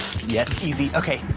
yes, easy, okay.